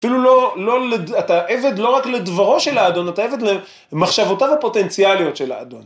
אפילו לא, אתה עבד לא רק לדברו של האדון, אתה עבד למחשבותיו הפוטנציאליות של האדון.